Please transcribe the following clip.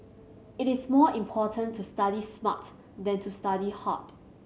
it is more important to study smart than to study hard